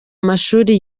amashuri